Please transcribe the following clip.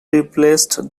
replaced